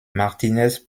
martínez